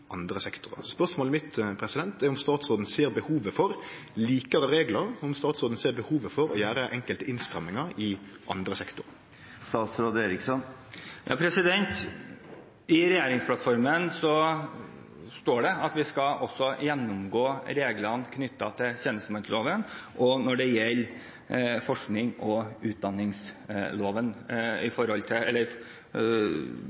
andre sektorar. Spørsmålet mitt er: Ser statsråden behovet for likare reglar, og ser han behovet for å gjere enkelte innstrammingar i andre sektorar? I regjeringsplattformen står det at vi skal gjennomgå både de reglene som er knyttet til tjenestemannsloven, og de som gjelder for ansettelse av forsknings- og